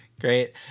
Great